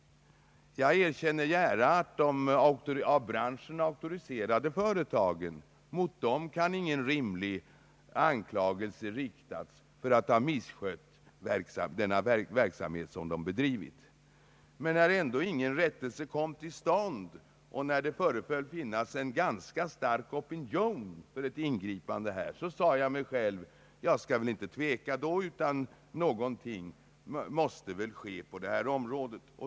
Jag erkänner gärna att mot de av branschen auktoriserade företagen ingen rimlig anklagelse kan riktas för att de skulle ha misskött sin verksamhet. Men när ändå ingen rättelse kom till stånd och när det föreföll att finnas en ganska stark opinion för ett ingripande, sade jag mig själv att jag väl inte skulle tveka längre utan att något måste ske på detta område.